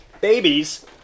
babies